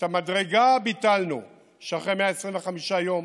את המדרגה ביטלנו, שאחרי 125 יום